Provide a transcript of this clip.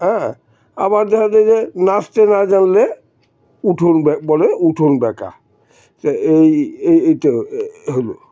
হ্যাঁ আবার দেখা য যে নাচতে না জানলে উঠোন ব বলে উঠোন বাঁকা এই এই এইটা হলো